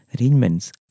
arrangements